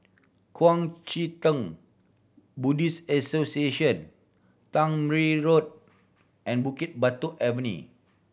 Kuang Chee Tng Buddhist Association Tangmere Road and Bukit Batok Avenue